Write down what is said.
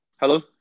Hello